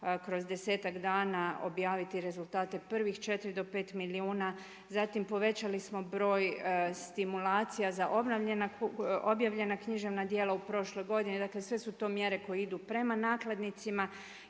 kroz desetak dana objaviti rezultate prvih 4 do 5 milijuna, zatim povećali smo broj stimulacija za objavljena književna djela u prošloj godini dakle sve su to mjere koje idu prema nakladnicima.